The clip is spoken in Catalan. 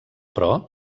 però